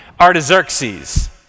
Artaxerxes